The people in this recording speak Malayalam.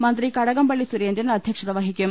മന്ത്രി കടകംപള്ളി സുരേന്ദ്രൻ അധ്യക്ഷത വഹിക്കും